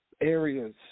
areas